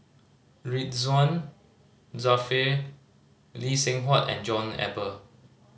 Ridzwan Dzafir Lee Seng Huat and John Eber